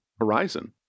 horizon